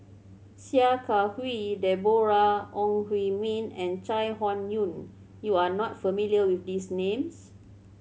Sia Kah Hui Deborah Ong Hui Min and Chai Hon Yoong you are not familiar with these names